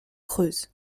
creuses